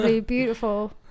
beautiful